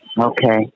Okay